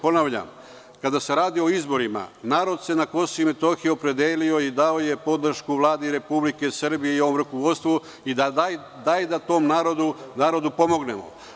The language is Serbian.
Ponavljam, kada se radi o izborima narod na KiM se opredelio i dao je podršku Vladi RS i ovom rukovodstvu i dajte da tom narodu pomognemo.